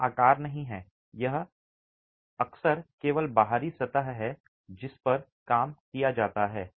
यह आकार नहीं है यह आकार नहीं है और यह अक्सर केवल बाहरी सतह है जिस पर काम किया जाता है